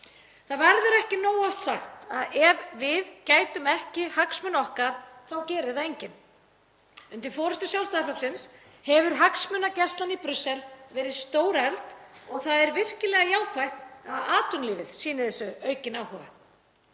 Það verður ekki nógu oft sagt að ef við gætum ekki hagsmuna okkar þá gerir það enginn. Undir forystu Sjálfstæðisflokksins hefur hagsmunagæslan í Brussel verið stórefld og það er virkilega jákvætt að atvinnulífið sýni þessu aukinn áhuga.